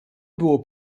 było